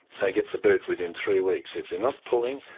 they get the boot within three weeks. if they're not pulling,